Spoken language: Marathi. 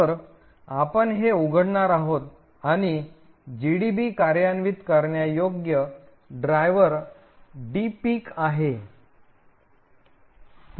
तर आपण हे उघडणार आहोत आणि जीडीबी कार्यान्वित करण्यायोग्य ड्राइवर dpic आहे